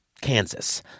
Kansas